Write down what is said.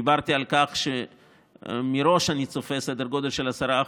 דיברתי על כך שאני צופה מראש סדר גודל של 10%,